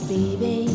Baby